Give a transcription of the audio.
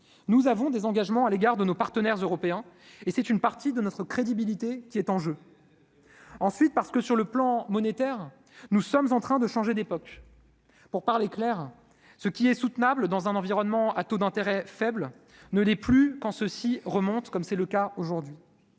nous avons des engagements à l'égard de nos partenaires européens et c'est une partie de notre crédibilité qui est en jeu, ensuite parce que sur le plan monétaire, nous sommes en train de changer d'époque, pour parler clair, ce qui est soutenable dans un environnement à taux d'intérêt faibles ne l'est plus quand ceux-ci remontent comme c'est le cas aujourd'hui,